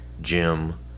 Jim